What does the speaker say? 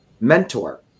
mentor